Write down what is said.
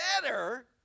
better